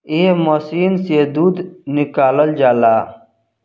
एह मशीन से दूध निकालल जाला